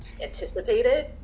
anticipated